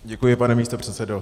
Děkuji, pane místopředsedo.